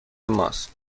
ماست